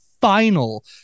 final